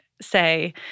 say